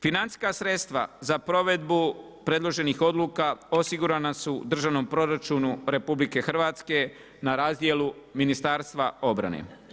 Financijska sredstva za provedbu predloženih odluka osigurana su u državnom proračunu RH, na razdjelu Ministarstva obale.